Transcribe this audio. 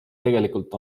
tegelikult